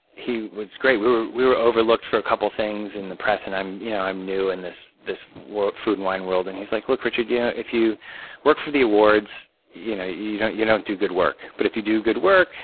he was great. we were we were overlooked for a couple of things in the press, and i'm you know i'm new in this this food and wine world. and he's like, look, richard, yeah if you work for the awards, you know you don't you don't do good work. but if you do good work,